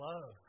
love